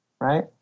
right